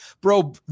Bro